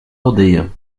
aldeia